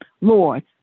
Lord